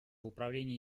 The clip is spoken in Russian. управлении